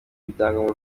ibyagombaga